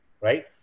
right